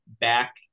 back